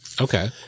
Okay